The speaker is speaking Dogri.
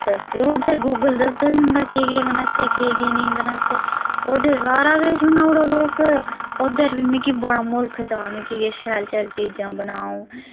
ते ओह् ते गूगल दसदा जंदा केह् केह् बनाचै केह् केह् नेईं बनाचै ओह्दे च सारा किश बनाउड़ो तुस ओह्दे'र बी मिकी बडा मुल्ख चा मिकी किश शैल शैल चीजां बना आ'ऊं